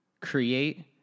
create